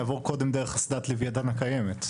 יעבור קודם דרך אסדת לווייתן הקיימת,